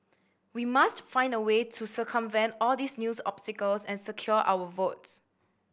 we must find a way to circumvent all these news obstacles and secure our votes